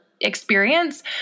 experience